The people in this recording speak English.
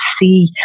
see